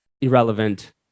irrelevant